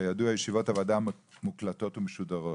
כידוע, ישיבות הוועדה מוקלטות ומשודרות.